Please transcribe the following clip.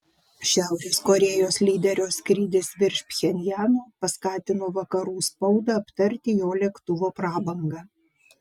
šiaurės korėjos lyderio skrydis virš pchenjano paskatino vakarų spaudą aptarti jo lėktuvo prabangą